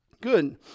Good